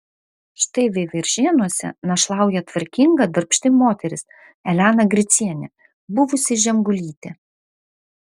štai veiviržėnuose našlauja tvarkinga darbšti moteris elena gricienė buvusi žemgulytė